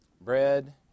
bread